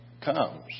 comes